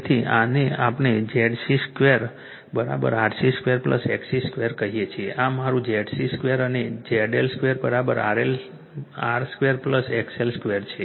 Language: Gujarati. તેથી આને આપણે ZC 2 RC 2 XC 2 કહીએ છીએ આ મારું ZC 2 અને ZL 2 R 2 XL 2 છે